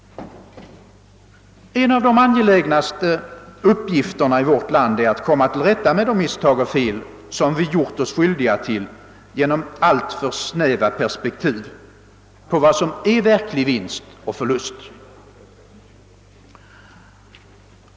En av de angelägnaste uppgifterna i vårt land är att komma till rätta med de misstag och fel som vi gjort oss skyldiga till genom alltför snäva perspektiv på vad som är verklig vinst och förlust.